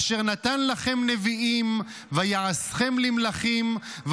אשר נתן לכם נביאים ויעשכם למלכים,